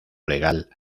legal